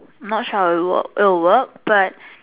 not sure how it will work it will work but